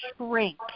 shrink